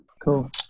Cool